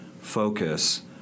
focus